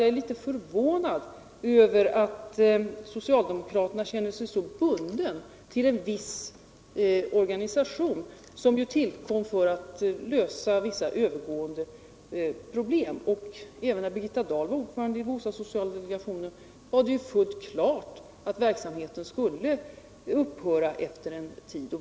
Jag är litet förvånad över att socialdemokraterna känner sig så bundna till en viss organisation, som ju tillkom för att lösa vissa övergående problem. Även när Birgitta Dahl var ordförande i bostadssociala delegationen var det fullt klart att verksamheten skulle upphöra efter en tid.